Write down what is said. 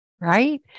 right